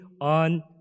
on